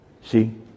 See